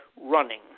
running